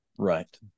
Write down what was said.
Right